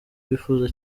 bifuza